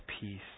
peace